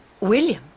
William